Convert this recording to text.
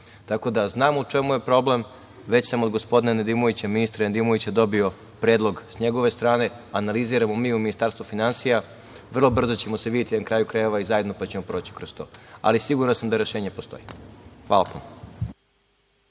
nema. Tako da, znam u čemu je problem, već sam od gospodina Nedimovića dobio predlog s njegove strane, analiziramo mi u Ministarstvu finansija, vrlo brzo ćemo se videti i na kraju krajeva zajedno proći kroz to. Siguran sam da rešenje postoji. Hvala puno.